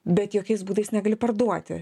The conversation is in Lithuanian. bet jokiais būdais negali parduoti